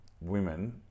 women